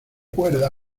cuerda